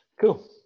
cool